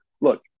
Look